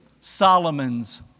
Solomon's